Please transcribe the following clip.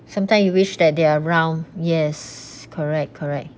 sometime you wish that they are around yes correct correct